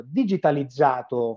digitalizzato